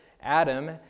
Adam